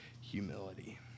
humility